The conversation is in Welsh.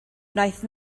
wnaeth